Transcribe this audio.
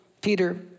Peter